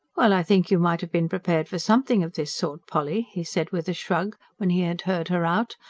well, i think you might have been prepared for something of this sort, polly, he said with a shrug, when he had heard her out.